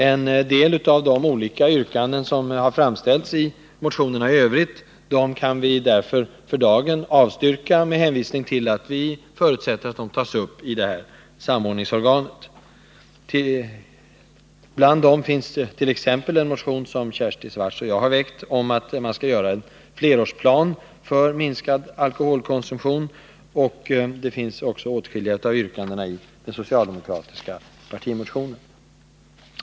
En del av de olika yrkanden som framställts i motionerna kan vi därför för dagen avstyrka med hänvisning till att vi förutsätter, att de frågor som aktualiseras där tas upp i detta samordningsorgan. Bland dessa yrkanden finns det som framförs i en motion av Kersti Swartz och mig om en flerårsplan för minskad alkoholkonsumtion, liksom åtskilliga av yrkandena i den socialdemokratiska partimotionen.